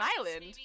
island